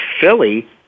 Philly